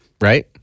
Right